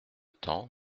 temps